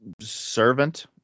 servant